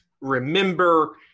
Remember